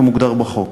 כמוגדר בחוק.